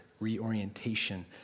reorientation